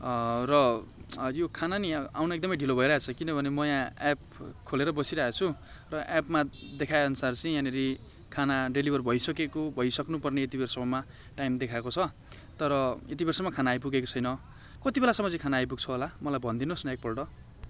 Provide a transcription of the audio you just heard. र यो खाना नि आउन एकदमै ढिलो भइरहेको छ किनभने म यहाँ एप खोलेर बसिरहेको छु र एपमा देखाएअनुसार चाहिँ यहाँनेरि खाना डेलिभर भइसकेको भइसक्नु पर्ने यति बेरसम्ममा टाइम देखाएको छ तर यति बेरसम्म खाना आइपुगेको छैन कति बेलासम्म चाहिँ खाना आइपुग्छ होला मलाई भनिदिनुहोस् न एकपल्ट